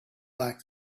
back